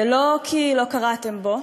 זה לא כי לא קראתם בו,